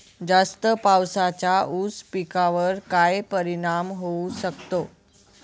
जास्त पावसाचा ऊस पिकावर काय परिणाम होऊ शकतो?